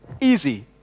easy